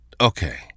Okay